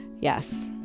yes